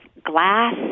glass